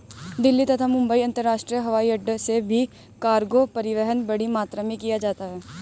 दिल्ली तथा मुंबई अंतरराष्ट्रीय हवाईअड्डो से भी कार्गो परिवहन बड़ी मात्रा में किया जाता है